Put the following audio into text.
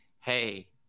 Hey